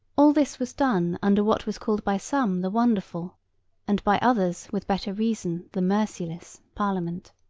all this was done under what was called by some the wonderful and by others, with better reason, the merciless parliament.